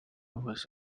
was